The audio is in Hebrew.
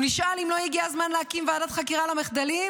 הוא נשאל אם לא הגיע הזמן להקים ועדת חקירה למחדלים,